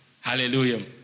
Hallelujah